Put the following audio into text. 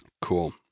Cool